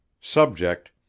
Subject